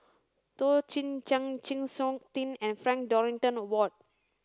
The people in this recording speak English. Toh Chin Chye Chng Seok Tin and Frank Dorrington Ward